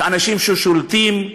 לאנשים ששולטים,